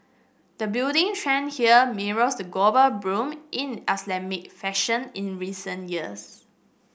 the budding trend here mirrors the global boom in Islamic fashion in recent years